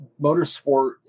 motorsport